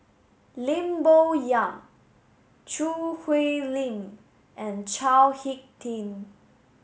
Lim Bo Yam Choo Hwee Lim and Chao Hick Tin